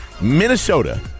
Minnesota